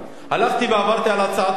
הלכתי ועברתי על הצעת החוק